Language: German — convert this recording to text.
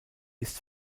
ist